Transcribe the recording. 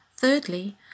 Thirdly